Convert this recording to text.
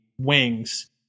wings